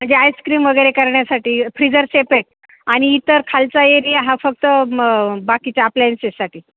म्हणजे आईस्क्रीम वगैरे करण्यासाठी फ्रीझर सपरेट आणि इतर खालचा एरिया हा फक्त मग बाकीच्या अप्लायन्सेससाठी